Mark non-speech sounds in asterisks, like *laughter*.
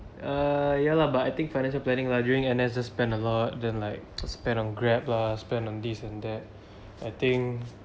uh ya lah but I think financial planning lah during N_S just spend a lot then like *noise* to spend on Grab lah spend on this and that *breath* I think